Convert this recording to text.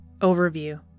Overview